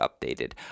updated